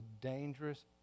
dangerous